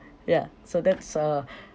ya so that's uh